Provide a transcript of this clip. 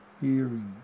hearing